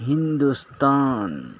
Hindustan